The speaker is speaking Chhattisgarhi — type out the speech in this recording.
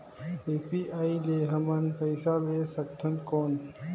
यू.पी.आई ले हमन पइसा ले सकथन कौन?